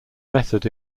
method